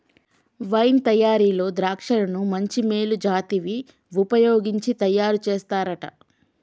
wine తయారీలో ద్రాక్షలను మంచి మేలు జాతివి వుపయోగించి తయారు చేస్తారంట